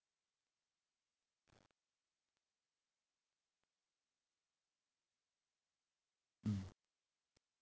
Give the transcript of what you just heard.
mm